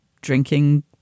drinking